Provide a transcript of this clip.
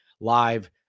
live